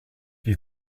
die